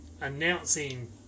announcing